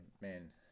man